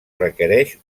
requereix